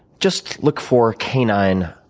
just look for canine,